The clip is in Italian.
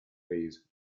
base